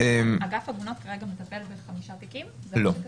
אגף עגונות כרגע מטפל ב-5 תיקים, זה מה שכתוב?